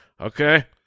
Okay